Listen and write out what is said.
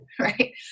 right